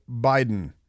Biden